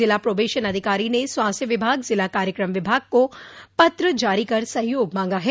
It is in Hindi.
जिला प्रोबेशन अधिकारी ने स्वास्थ्य विभाग जिला कार्यक्रम विभाग को पत्र जारी कर सहयोग मांगा है